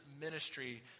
ministry